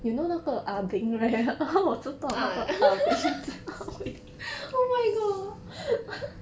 ah oh my god